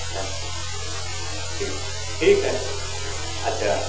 अच्छा ठीक ठीक है अच्छा